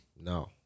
No